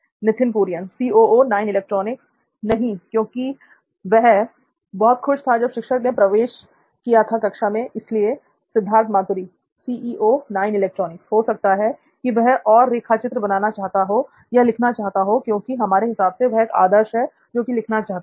नित्थिन कुरियन नहीं क्योंकि वह बहुत खुश था जब शिक्षक ने कक्षा में प्रवेश किया था इसलिए सिद्धार्थ मातुरी हो सकता है कि वह और रेखाचित्र बनाना चाहता हो या लिखना चाहता हो क्योंकि हमारे हिसाब से वह एक आदर्श हैं जो कि लिखना चाहता है